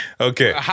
Okay